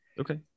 okay